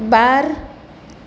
બાર